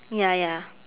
ya ya